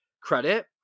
credit